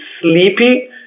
sleepy